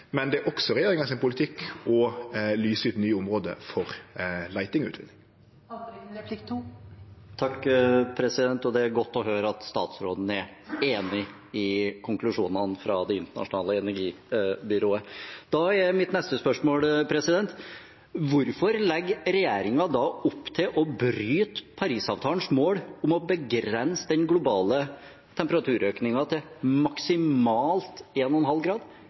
men det er også regjeringa sin politikk å lyse ut nye område for leiting og utvinning. Det er godt å høre at statsråden er enig i konklusjonene fra Det internasjonale energibyrået. Da er mitt neste spørsmål: Hvorfor legger regjeringen da opp til å bryte Parisavtalens mål om å begrense den globale temperaturøkningen til maksimalt 1,5 grader gjennom en